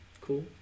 Cool